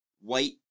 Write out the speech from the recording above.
white